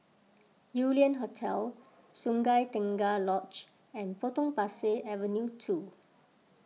Yew Lian Hotel Sungei Tengah Lodge and Potong Pasir Avenue two